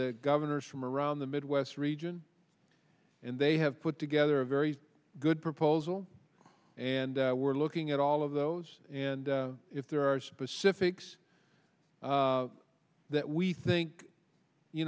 the governors from around the midwest region and they have put together a very good proposal and we're looking at all of those and if there are specifics that we think you